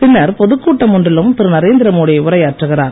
பின்னர் பொதுக் கூட்டம் ஒன்றிலும் திரு நரேந்திரமோடி உரையாற்றுகிறார்